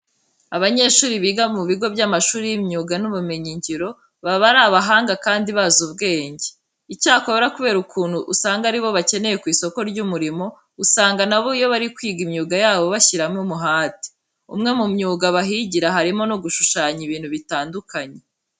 Abanyeshuri biga mu bigo by'amashuri y'imyuga n'ubumenyingiro baba ari abahanga kandi bazi ubwenge. Icyakora kubera ukuntu usanga ari bo bakenewe ku isoko ry'umurimo usanga na bo iyo bari kwiga imyuga yabo babishyiramo umuhate. Umwe mu myuga bahigira harimo no gushushanya ibintu bitandukanye.